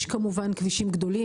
יש כמובן כבישים גדולים,